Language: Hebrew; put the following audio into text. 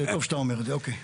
טוב שאתה אומר את זה, אוקיי.